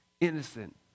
innocent